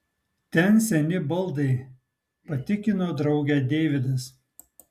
ten seni baldai patikino draugę deividas